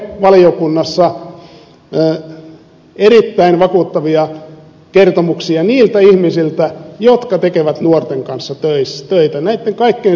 me kuulimme valiokunnassa erittäin vakuuttavia kertomuksia niiltä ihmisiltä jotka tekevät nuorten kanssa töitä näitten kaikkein syrjäytyneimpien